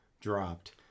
dropped